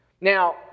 Now